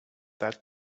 that